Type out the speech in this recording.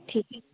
ठीक है